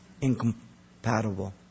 incompatible